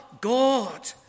God